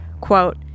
Quote